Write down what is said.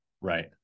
Right